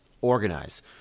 organize